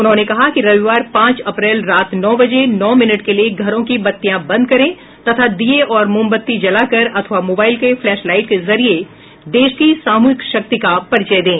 उन्होंने कहा कि रविवार पांच अप्रैल रात नौ बजे नौ मिनट के लिए घरों की बत्तियां बंद करें तथा दिए और मोमबत्ती जलाकर अथवा मोबाइल के फ्लैश लाइट के जरिए देश की सामूहिक शक्ति का परिचय दें